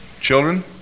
Children